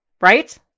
right